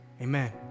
amen